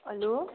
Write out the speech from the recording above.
hello